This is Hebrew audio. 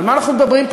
על מה אנחנו מדברים פה?